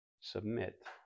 submit